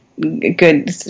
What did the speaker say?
good